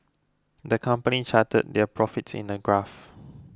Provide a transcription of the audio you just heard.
the company charted their profits in a graph